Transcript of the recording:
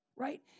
Right